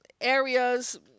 areas